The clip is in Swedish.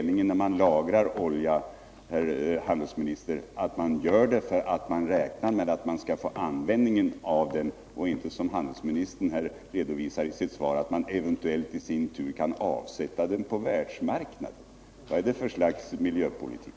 När man lagrar olja, herr handelsminister, måste man väl ändå räkna med att få användning av den och inte med att, som handelsministern redovisar i sitt svar, eventuellt avsätta den på världsmarknaden. Vad är det för slags miljöpolitik?